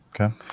Okay